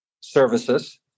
services